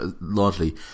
Largely